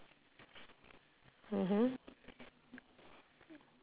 mmhmm